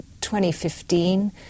2015